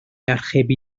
archebu